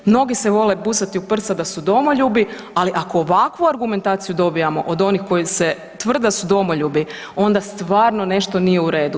Mnogi se vole busati u prsa da su domoljubi, ali ako ovakvu argumentaciju dobivamo od onih koji tvrde da su domoljubi onda stvarno nešto nije u redu.